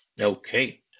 Okay